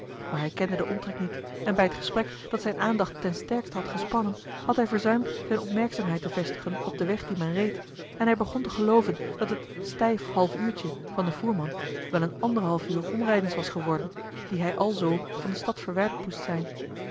maar hij kende den omtrek niet en bij het gesprek dat zijne aandacht ten sterkste had gespannen had hij verzuimd zijne opmerkzaamheid te vestigen op den weg dien men reed en hij begon te gelooven dat het stijf half uurtje van den voerman wel een anderhalf uur omrijdens was geworden die hij alzoo van de stad verwijderd moest zijn